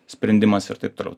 sprendimas ir taip toliau